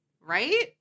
Right